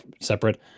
separate